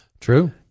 True